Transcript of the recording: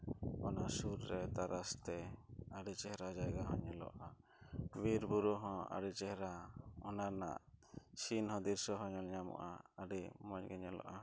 ᱚᱱᱟ ᱥᱩᱨ ᱨᱮ ᱛᱟᱨᱟᱥᱛᱮ ᱟᱹᱰᱤ ᱪᱮᱦᱨᱟ ᱡᱟᱭᱜᱟ ᱦᱚᱸ ᱧᱮᱞᱚᱜᱼᱟ ᱵᱤᱨᱼᱵᱩᱨᱩ ᱦᱚᱱ ᱟᱹᱰᱤ ᱪᱮᱦᱨᱟ ᱚᱱᱟ ᱨᱮᱱᱟᱜ ᱥᱤᱱ ᱦᱚᱸ ᱫᱨᱤᱥᱚ ᱦᱚᱸ ᱧᱮᱞ ᱧᱟᱢᱚᱜᱼᱟ ᱟᱹᱰᱤ ᱢᱚᱡᱽᱜᱮ ᱧᱮᱞᱚᱜᱼᱟ